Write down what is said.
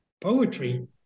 poetry